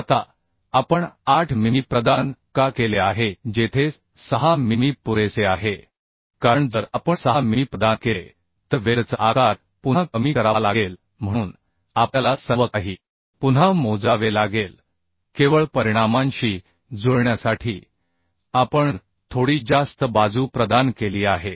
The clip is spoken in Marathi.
आता आपण 8 मिमी प्रदान का केले आहे जेथे 6 मिमी पुरेसे आहे कारण जर आपण 6 मिमी प्रदान केले तर वेल्डचा आकार पुन्हा कमी करावा लागेल म्हणून आपल्याला सर्वकाही पुन्हा मोजावे लागेल केवळ परिणामांशी जुळण्यासाठी आपण थोडी जास्त बाजू प्रदान केली आहे